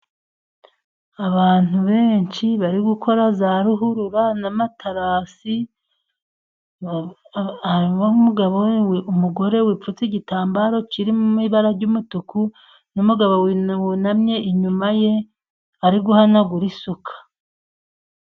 Abantu benshi bari gukora za ruhurura n'amatarasi, hariho umugore wipfutse igitambaro kiririmo ibara ry'umutuku, n'umugabo wunamye inyuma ye ari guhanagura isuka.